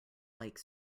like